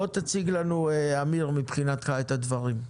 עמיר, תציג לנו מבחינתך את הדברים.